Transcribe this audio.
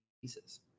pieces